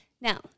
Now